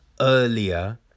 earlier